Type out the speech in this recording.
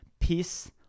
peace